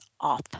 off